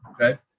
okay